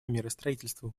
миростроительству